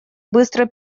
быстро